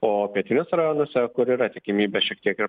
o pietiniuose rajonuose kur yra tikimybė šiek tiek ir